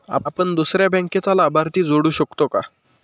आपण दुसऱ्या बँकेचा लाभार्थी जोडू शकतो का?